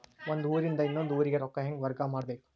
ಒಂದ್ ಊರಿಂದ ಇನ್ನೊಂದ ಊರಿಗೆ ರೊಕ್ಕಾ ಹೆಂಗ್ ವರ್ಗಾ ಮಾಡ್ಬೇಕು?